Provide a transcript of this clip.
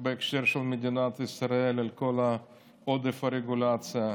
בהקשר של מדינת ישראל, על כל עודף הרגולציה.